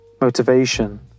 Motivation